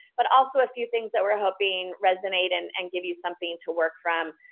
but also a few things that we're hoping resonate and and give you something to work from.